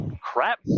crap